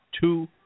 two